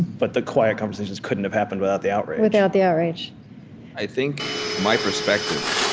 but the quiet conversations couldn't have happened without the outrage without the outrage i think, from my perspective,